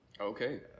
Okay